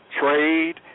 Trade